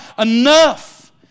enough